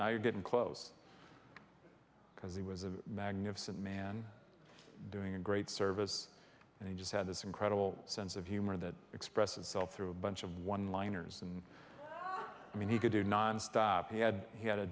didn't close because he was a magnificent man doing a great service and he just had this incredible sense of humor that express itself through a bunch of one liners and i mean he could do nonstop he had he had a